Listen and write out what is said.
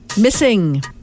missing